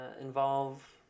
involve